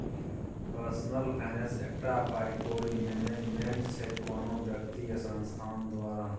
personal finance एकटा पाइ कौड़ी मैनेजमेंट छै कोनो बेकती या संस्थान द्वारा